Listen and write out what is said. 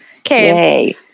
Okay